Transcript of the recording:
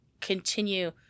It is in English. continue